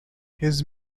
his